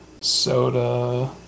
Soda